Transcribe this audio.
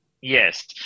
Yes